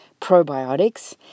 probiotics